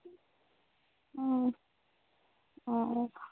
অঁ অঁ